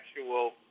actual